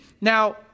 now